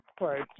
right